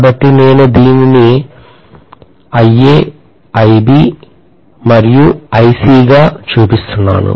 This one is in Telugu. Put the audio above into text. కాబట్టి నేను దీనిని IA IB మరియు IC గా చూపిస్తున్నాను